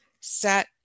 set